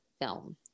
film